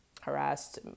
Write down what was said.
harassed